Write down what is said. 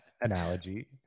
analogy